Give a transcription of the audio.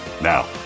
Now